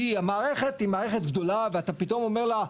כי המערכת היא מערכת גדולה ואתה פתאום אומר לה,